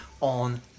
on